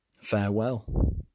Farewell